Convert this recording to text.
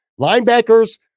Linebackers